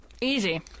Easy